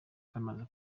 zamaze